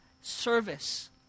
service